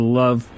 love